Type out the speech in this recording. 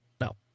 No